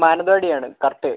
മാനന്തവാടിയാണ് correct